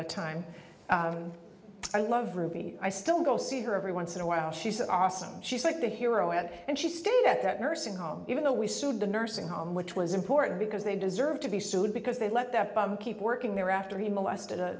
of time i love ruby i still go see her every once in a while she's awesome she's like the hero at it and she stayed at that nursing home even though we sued the nursing home which was important because they deserved to be sued because they let them keep working there after he molested a